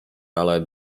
ale